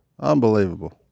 Unbelievable